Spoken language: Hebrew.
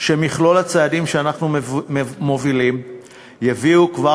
שמכלול הצעדים שאנחנו מובילים יביא כבר